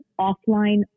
offline